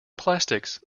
plastics